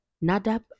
Nadab